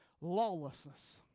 lawlessness